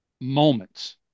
moments